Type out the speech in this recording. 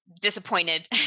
disappointed